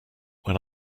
when